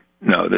No